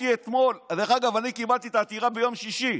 דרך אגב, אני קיבלתי את העתירה ביום שישי,